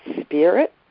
spirit